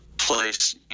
place